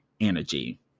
Energy